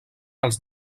els